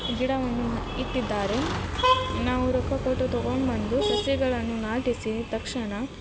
ಗಿಡವನ್ನು ಇಟ್ಟಿದ್ದಾರೆ ನಾವು ರೊಕ್ಕ ಕೊಟ್ಟು ತಗೊಂಡು ಬಂದು ಸಸಿಗಳನ್ನು ನಾಟಿಸಿ ತಕ್ಷಣ